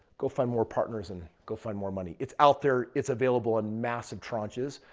go find more partners and go find more money. it's out there, it's available on massive tranches.